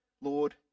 Lord